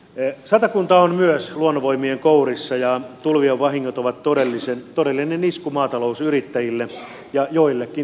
myös satakunta on luonnonvoimien kourissa ja tulvien vahingot ovat todellinen isku maatalousyrittäjille ja joillekin täysi tyrmäys